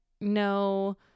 no